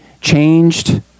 changed